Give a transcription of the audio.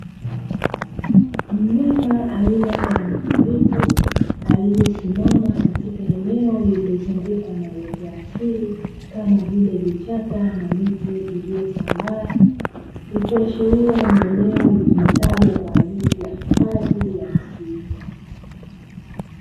Mnyama aina ya mbwamwitu aliyesimama katika eneo lililozungukwa na uoto wa asili kama vile; vichaka na miti, iliyosambaa, ikiashiria ni eneo litumikalo kwa ajili ya hifadhi ya msitu.